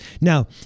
Now